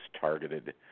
targeted